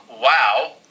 Wow